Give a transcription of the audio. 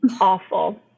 awful